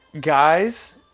guys